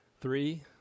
Three